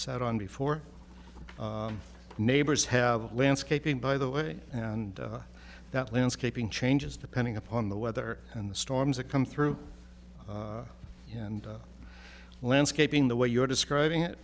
sat on before neighbors have landscaping by the way and that landscaping changes depending upon the weather and the storms that come through and landscaping the way you're describing it